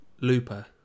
Looper